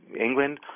England